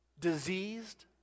diseased